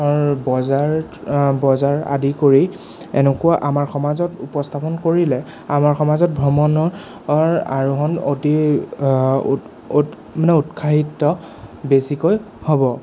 বজাৰ বজাৰ আদি কৰি এনেকুৱা আমাৰ সমাজত উপস্থাপন কৰিলে আমাৰ সমাজত ভ্ৰমণৰ আৰোহণ অতি উৎ উৎ মানে উৎসাহিত বেছিকৈ হ'ব